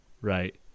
right